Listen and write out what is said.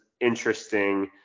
interesting